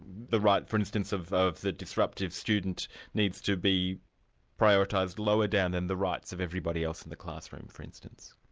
the rights, for instance, of of the disruptive student needs to be prioritised lower down than the rights of everybody else in the classroom, for instance.